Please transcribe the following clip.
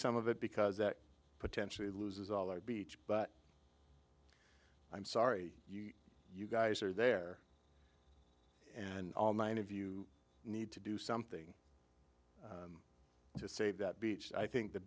some of it because that potentially loses all our beach but i'm sorry you guys are there and all nine of you need to do something to say that beach i think the